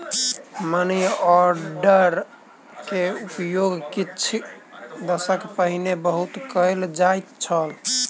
money order के उपयोग किछ दशक पहिने बहुत कयल जाइत छल